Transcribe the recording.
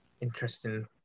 interesting